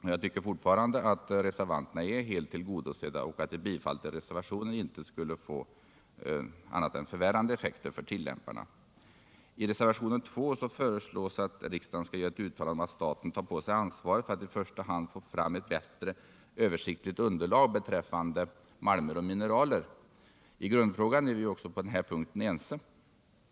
Jag tycker = fjällområden fortfarande att reservanternas krav är helt tillgodosedda och att ett bifall till reservationen inte skulle få andra än förvirrande effekter för tillämparna. I reservationen 2 föreslås att riksdagen skall göra ett uttalande om att staten tar på sig ansvaret för att i första hand få fram ett bättre översiktligt underlag beträffande malmer och mineraler. I grundfrågan är vi ju också på den här punkten ense.